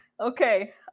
Okay